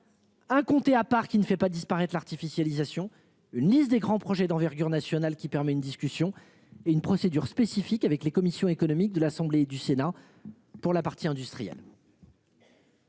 Hein comptés à part qui ne fait pas disparaître l'artificialisation une liste des grands projets d'envergure nationale qui permet une discussion et une procédure spécifique avec les commissions économiques de l'Assemblée et du Sénat pour la partie industrielle.